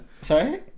Sorry